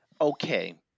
Okay